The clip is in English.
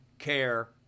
care